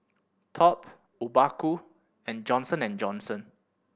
Top Obaku and Johnson and Johnson